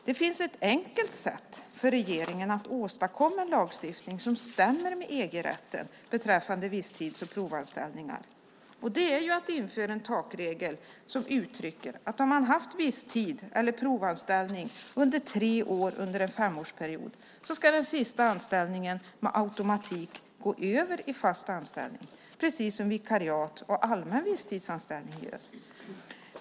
Det finns ett enkelt sätt för regeringen att åstadkomma en lagstiftning som stämmer överens med EG-rätten beträffande visstids och provanställningar, nämligen att införa en takregel som uttrycker att om man haft en visstids eller provanställning i tre år under en femårsperiod ska den sista anställningen med automatik gå över i fast anställning, precis som vikariat och allmän visstidsanställning gör.